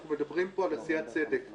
אנחנו מדברים פה על עשיית צדק,